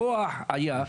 הכוח היה,